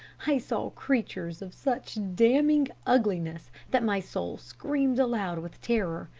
i saw creatures of such damning ugliness that my soul screamed aloud with terror.